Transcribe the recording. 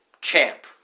champ